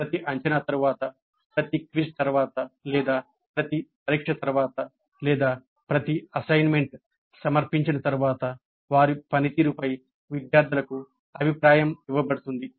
ప్రతి అంచనా తరువాత ప్రతి క్విజ్ తర్వాత లేదా ప్రతి పరీక్ష తర్వాత లేదా ప్రతి అసైన్మెంట్ సమర్పించిన తర్వాత వారి పనితీరుపై విద్యార్థులకు అభిప్రాయం ఇవ్వబడుతుంది